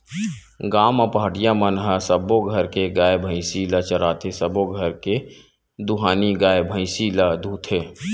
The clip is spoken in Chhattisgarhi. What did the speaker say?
गाँव म पहाटिया मन ह सब्बो घर के गाय, भइसी ल चराथे, सबो घर के दुहानी गाय, भइसी ल दूहथे